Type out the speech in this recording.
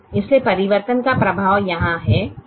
इसलिए परिवर्तन का प्रभाव यहां है